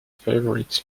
favorites